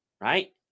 right